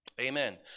amen